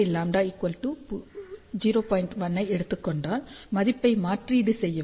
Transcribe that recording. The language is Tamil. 1 ஐ எடுத்துக் கொண்டால் மதிப்பை மாற்றீடு செய்யவும்